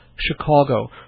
Chicago